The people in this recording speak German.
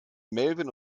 melvin